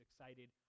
excited